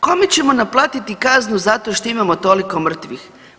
Kome ćemo naplatiti kaznu zato što imamo toliko mrtvih?